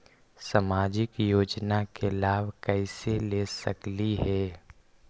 सामाजिक योजना के लाभ कैसे ले सकली हे?